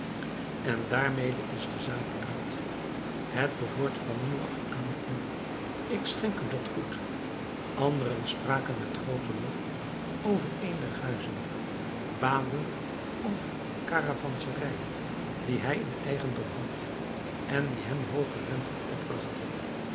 en daarmede is de zaak uit het behoort van nu af aan u ik schenk u dat goed anderen spraken met grooten lof over een der huizen baden of karavanserijen die hij in eigendom had en die hem hooge renten opbragten